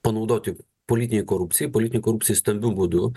panaudoti politinei korupcijai politinei korupcijai stambiu būdu